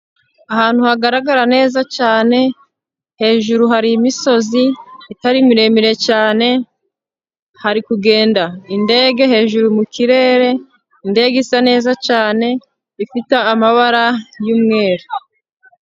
Ahantu hagaragara neza cyane, hejuru hari imisozi itari miremire cyane, hari kugenda indege hejuru mu kirere, indege isa neza cyane, ifite amabara y'umweru.